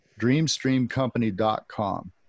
dreamstreamcompany.com